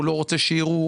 הוא לא רוצה שיראו,